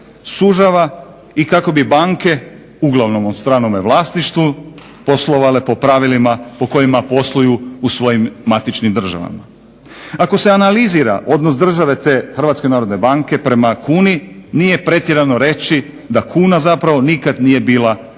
sužava i kako bi banke, uglavnom u stranom vlasništvu, poslovale po pravilima po kojima posluju u svojim matičnim državama. Ako se analizira odnos države te Hrvatske narodne banke prema kuni nije pretjerano reći da kuna zapravo nikad nije bila nacionalna